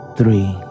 Three